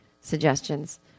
suggestions